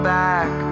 back